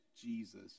Jesus